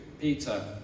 peter